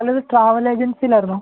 അല്ല ഇത് ട്രാവൽ ഏജൻസിയല്ലായിരുന്നോ